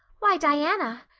why, diana,